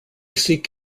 seek